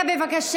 צועק?